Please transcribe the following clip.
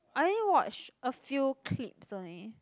I only watch a few clips only